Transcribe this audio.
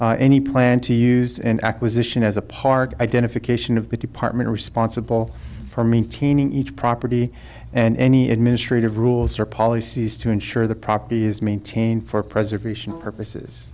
any plan to use and acquisition as a part identification of the department responsible for maintaining each property and any administrative rules or policies to ensure the property is maintained for preservation purposes